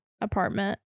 apartment